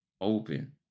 open